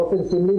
באופן סמלי,